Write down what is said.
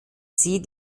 sie